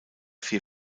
vier